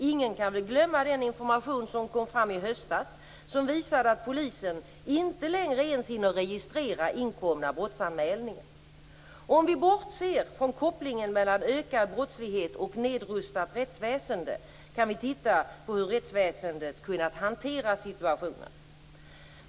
Ingen kan väl glömma den information som kom fram i höstas som visade att polisen inte ens hinner registrera inkomna brottsanmälningar. Om vi bortser från kopplingen mellan ökad brottslighet och nedrustat rättsväsende kan vi se på hur rättsväsendet kunnat hantera situationen.